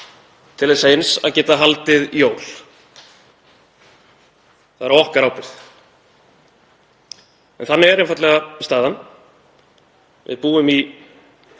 til þess eins að geta haldið jól. Það er á okkar ábyrgð. En þannig er einfaldlega staðan. Við búum í